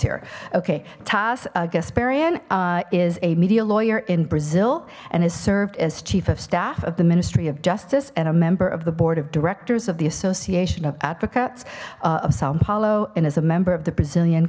here okay toss gasparian is a media lawyer in brazil and is served as chief of staff of the ministry of justice and a member of the board of directors of the association of advocates of san paulo and is a member of the brazilian